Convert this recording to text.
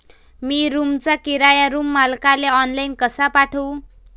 मी रूमचा किराया रूम मालकाले ऑनलाईन कसा पाठवू?